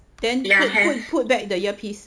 then put put put back the ear piece